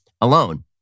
alone